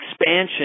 expansion